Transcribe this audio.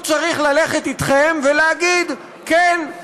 הוא צריך ללכת אתכם ולהגיד: כן.